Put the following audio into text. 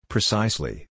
Precisely